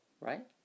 Right